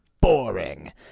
boring